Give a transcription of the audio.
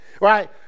right